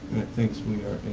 thinks we are